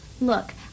Look